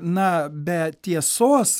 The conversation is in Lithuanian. na be tiesos